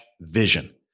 vision